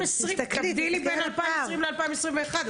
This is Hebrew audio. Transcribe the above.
אבל תבדילי בין 2020 ל-2021.